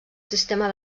sistema